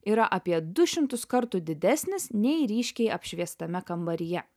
yra apie du šimtus kartų didesnis nei ryškiai apšviestame kambaryje